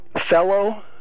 fellow